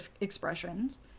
expressions